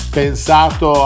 pensato